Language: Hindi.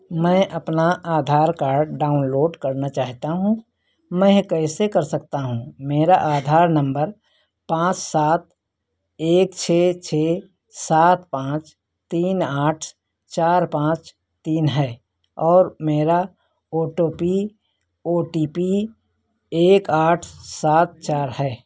मैं अपना आधार कार्ड डाउनलोड करना चाहता हूँ मैं यह कैसे कर सकता हूँ मेरा आधार नम्बर पाँच सात एक छह छह सात पाँच तीन आठ चार पाँच तीन है और मेरा O T P O T P एक आठ सात चार है